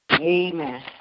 Amen